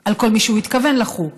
על כל מי שהוא התכוון לחול עליו,